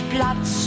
Platz